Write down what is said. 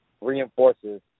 reinforces